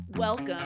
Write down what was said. Welcome